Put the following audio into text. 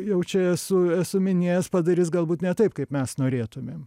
jau čia esu esu minėjęs padarys galbūt ne taip kaip mes norėtumėm